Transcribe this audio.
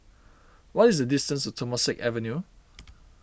what is the distance to Temasek Avenue